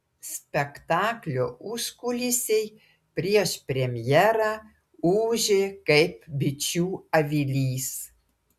spektaklio užkulisiai prieš premjerą ūžė kaip bičių avilys